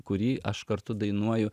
kurį aš kartu dainuoju